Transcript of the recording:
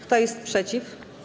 Kto jest przeciw?